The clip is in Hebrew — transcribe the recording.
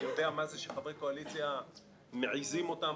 אני יודע מה זה שחברי קואליציה מעיזים אותם